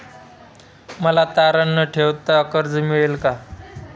मला तारण न ठेवता कर्ज मिळेल का?